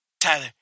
Tyler